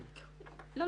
לא,